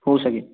हो सगे